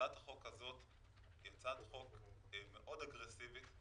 הצעת החוק הזאת היא הצעת חוק מאוד אגרסיבית,